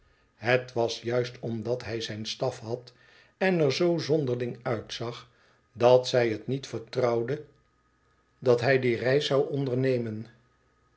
het was juist omdat hij zijn straf had en er zoo zonderling uitzag dat zij het niet vertrouwde dat hij die reis zou ondernemen